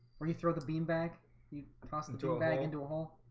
where you throw the beanbag you tossing to abetting into a hole,